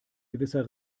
gewisser